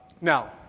Now